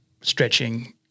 stretching